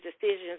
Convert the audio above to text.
decisions